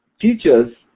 Teachers